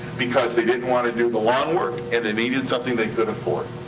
because they didn't wanna do the lawn work and they needed something they could afford.